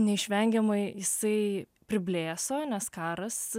neišvengiamai jisai priblėso nes karas